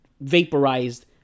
vaporized